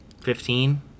Fifteen